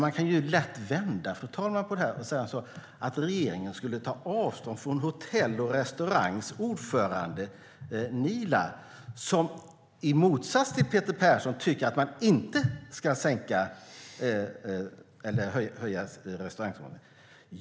Man kan lätt vända på det här, fru talman, och säga att regeringen skulle ta avstånd från det som Hotell och restaurangfackets ordförande Niia säger. I motsats till Peter Persson tycker hon att man inte ska höja restaurangmomsen.